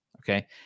okay